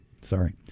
Sorry